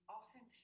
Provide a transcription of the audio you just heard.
often